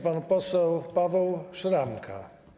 Pan poseł Paweł Szramka.